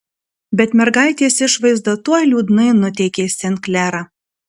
bet mergaitės išvaizda tuoj liūdnai nuteikė sen klerą